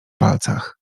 palcach